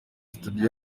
studio